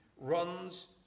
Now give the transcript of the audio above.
runs